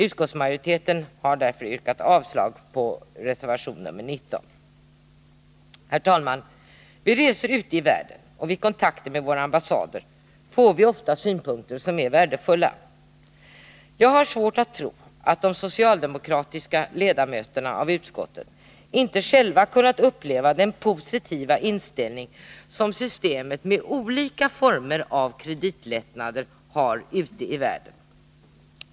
Utskottsmajoriteten har därför yrkat avslag på reservation nr 19. Herr talman! Vid resor ute i världen och vid kontakter med våra ambassader noterar vi ofta synpunkter som är värdefulla. Jag har svårt att tro att de socialdemokratiska ledamöterna av utskottet inte själva kunnat uppleva den positiva inställning som systemet med olika former av kreditlättnader har ute i världen.